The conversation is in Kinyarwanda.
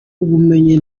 ubumenyi